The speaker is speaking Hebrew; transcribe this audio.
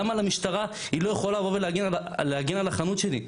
למה המשטרה לא יכולה לבוא ולהגן על החנות שלי?